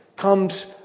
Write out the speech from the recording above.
Comes